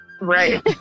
Right